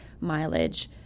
mileage